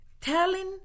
telling